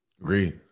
Agree